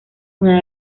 una